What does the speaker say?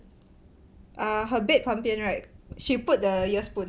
err her bed 旁边 right she put the ear spoon